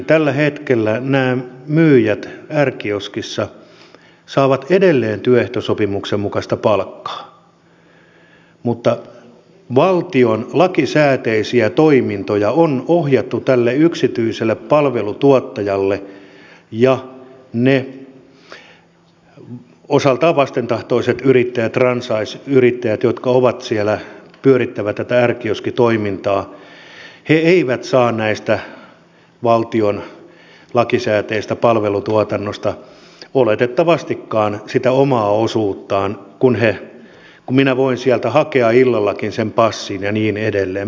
tällä hetkellä nämä myyjät r kioskissa saavat edelleen työehtosopimuksen mukaista palkkaa mutta valtion lakisääteisiä toimintoja on ohjattu tälle yksityiselle palvelutuottajalle ja ne osaltaan vastentahtoiset yrittäjät franchising yrittäjät jotka ovat siellä pyörittävät r kioskitoimintaa eivät saa tästä valtion lakisääteisestä palvelutuotannosta oletettavastikaan sitä omaa osuuttaan kun minä voin hakea sieltä illallakin sen passin ja niin edelleen